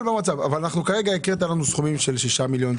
אבל כרגע הקראת לנו סכומים של 6 מיליון,